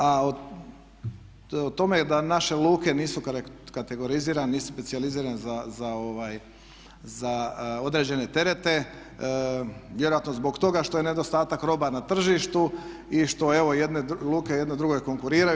A o tome da naše luke nisu kategorizirane, nisu specijalizirane za određene terete vjerojatno zbog toga što je nedostatak roba na tržištu i što evo jedne luke jedne drugoj konkuriraju.